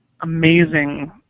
amazing